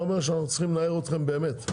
אומר שאנחנו צריכים לנער אתכם באמת,